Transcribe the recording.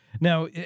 Now